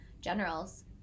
generals